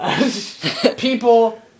People